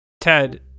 Ted